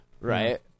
right